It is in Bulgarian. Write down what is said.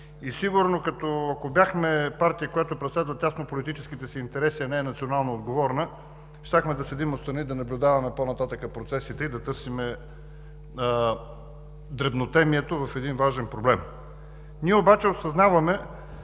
Сигурно, ако бяхме партия, която преследва тясно политическите си интереси, а не е национално отговорна, щяхме да седим отстрани и да наблюдаваме по-нататък процесите и да търсим дребнотемието в един важен проблем. Ние обаче осъзнаваме,